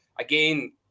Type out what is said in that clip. again